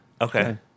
Okay